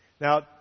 Now